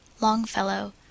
Longfellow